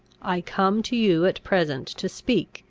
i come to you at present to speak,